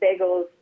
bagels